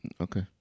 Okay